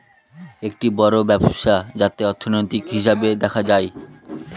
একটি বড়ো ব্যবস্থা যাতে অর্থনীতির, হিসেব দেখা হয়